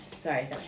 Sorry